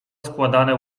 składane